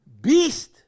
beast